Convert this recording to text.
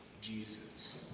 Jesus